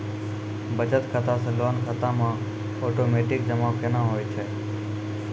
बचत खाता से लोन खाता मे ओटोमेटिक जमा केना होय छै?